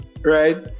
right